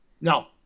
No